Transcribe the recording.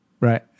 right